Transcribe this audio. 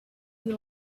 you